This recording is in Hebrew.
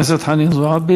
תודה לחברת הכנסת חנין זועבי.